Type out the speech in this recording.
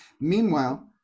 meanwhile